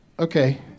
Okay